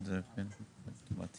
הצבעה